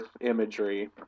imagery